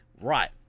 Right